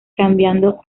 cambiando